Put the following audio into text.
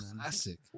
classic